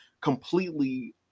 completely